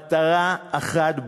מטרה אחת ברורה,